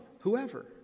whoever